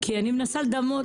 אם הוא ישנו.